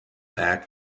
act